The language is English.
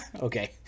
Okay